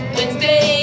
Wednesday